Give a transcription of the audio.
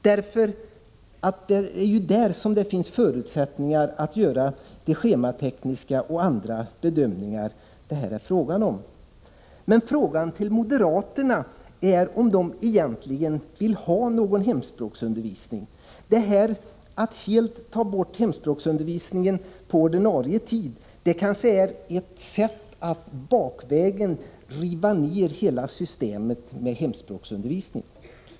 Det är ju där det finns förutsättningar att göra de schematekniska och andra bedömningar som det är fråga om här. Frågan är om moderaterna vill ha någon hemspråksundervisning. Att helt ta bort hemspråksundervisningen på ordinarie tid är kanske ett sätt att bakvägen riva ner hela systemet med hemspråksundervisning.